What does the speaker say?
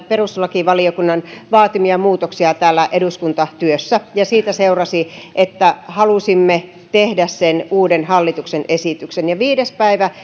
perustuslakivaliokunnan vaatimia muutoksia täällä eduskuntatyössä ja siitä seurasi että halusimme tehdä sen uuden hallituksen esityksen viides